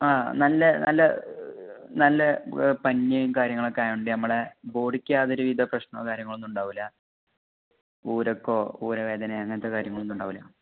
ആ നല്ല നല്ല നല്ല പഞ്ഞിയും കാര്യങ്ങളൊക്കെ ആയതുകൊണ്ട് നമ്മളെ ബോഡിക്ക് യാതൊരുവിധ പ്രശ്നമോ കാര്യങ്ങളോ ഒന്നും ഉണ്ടാവില്ല ഊരക്കോ ഊരവേദന അങ്ങനെത്തെ കാര്യങ്ങളൊന്നും ഉണ്ടാവില്ല